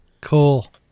Cool